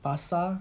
pasar